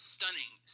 Stunning